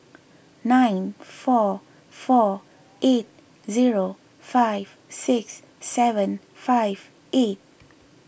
nine four four eight zero five six seven five eight